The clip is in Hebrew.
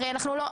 הרי אנחנו לא,